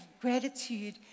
gratitude